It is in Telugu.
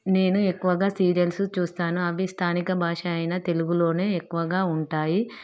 నేను ఎక్కువగా సీరియల్స్ చూస్తాను అవి స్థానిక భాష అయినా తెలుగులోనే ఎక్కువగా ఉంటాయి